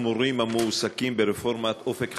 מי שהצביע על זה לפני הפלסטינים זה הדוח של האו"ם על "צוק איתן",